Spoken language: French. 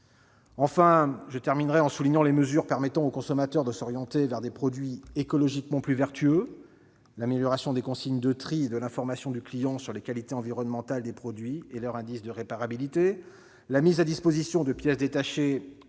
en mettant en exergue les mesures permettant au consommateur de s'orienter vers des produits écologiquement plus vertueux, par l'amélioration des consignes de tri et de l'information du client sur les qualités environnementales des produits et leur indice de réparabilité, la mise à disposition de pièces détachées